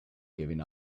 giving